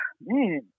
man